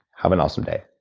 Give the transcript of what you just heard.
have an awesome day